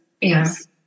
Yes